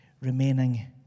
remaining